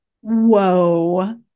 Whoa